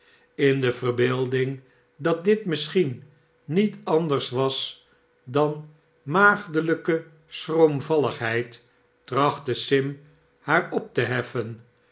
in de verbeelding dat dit misschien niet anders was dan maagdelijke schroomvalligheid trachtte sim haar op te herxen